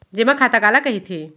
जेमा खाता काला कहिथे?